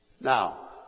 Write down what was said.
Now